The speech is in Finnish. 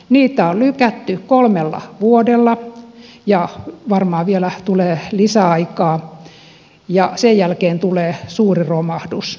niitä on lykätty kolmella vuodella ja varmaan vielä tulee lisäaikaa ja sen jälkeen tulee suuri romahdus